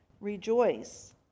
rejoice